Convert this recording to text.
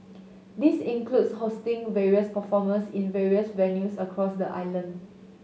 this includes hosting various performers in various venues across the island